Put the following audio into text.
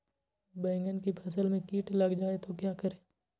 बैंगन की फसल में कीट लग जाए तो क्या करें?